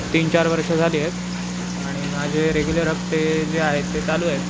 तीन चार वर्षं झाली आहेत आणि माझे रेग्युलर हप्ते जे आहेत ते चालू आहेत